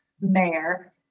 Mayor